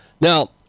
Now